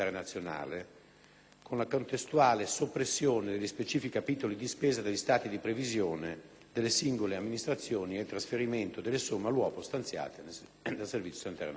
con la contestuale soppressione degli specifici capitoli di spesa e degli stati di previsione delle singole amministrazioni e il trasferimento delle somme all'uopo stanziate nel Fondo sanitario nazionale.